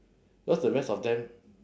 because the rest of them